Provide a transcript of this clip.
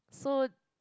so